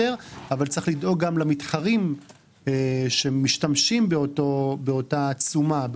אבל צריך לדאוג גם למתחרים שמשתמשים באותה תשומה,